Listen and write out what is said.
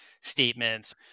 statements